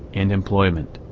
and employment,